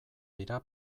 dira